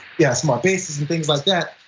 yes, some ah bases and things like that.